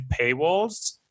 paywalls